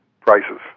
prices